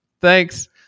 Thanks